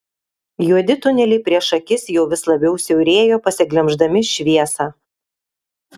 juodi tuneliai prieš akis jau vis labiau siaurėjo pasiglemždami šviesą